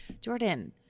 Jordan